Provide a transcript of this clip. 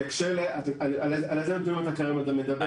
על איזה מהנתונים אדוני מדבר?